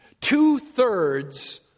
two-thirds